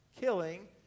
killing